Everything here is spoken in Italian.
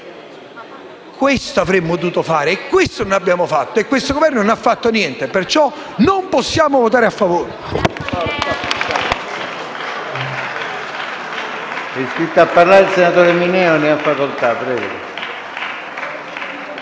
Questo avremmo dovuto fare e questo non abbiamo fatto. Il Governo non ha fatto niente e, pertanto, non possiamo votare a favore